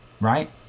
right